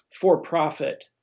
for-profit